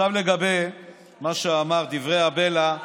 עכשיו לגבי דברי הבלע,